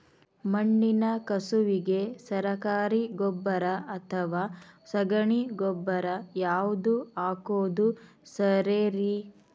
ಮಣ್ಣಿನ ಕಸುವಿಗೆ ಸರಕಾರಿ ಗೊಬ್ಬರ ಅಥವಾ ಸಗಣಿ ಗೊಬ್ಬರ ಯಾವ್ದು ಹಾಕೋದು ಸರೇರಿ?